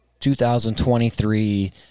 2023